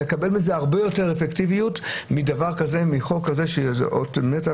נקבל מזה הרבה יותר אפקטיביות מחוק שהוא אות מתה,